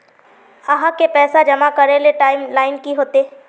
आहाँ के पैसा जमा करे ले टाइम लाइन की होते?